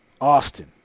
Austin